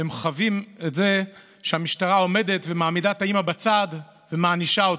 וחווים את זה שהמשטרה עומדת ומעמידה את האימא בצד ומענישה אותה.